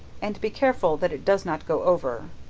and be careful that it does not go over,